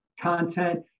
content